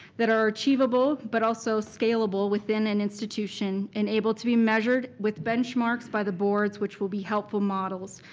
that are achievable but also scalable within an institution and able to be measured with benchmarks by the boards, which will be helpful models.